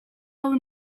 hau